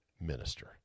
minister